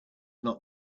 not